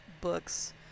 books